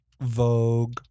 Vogue